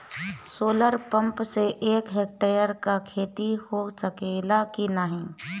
Solar pump से एक hectare क खेती हो सकेला की नाहीं?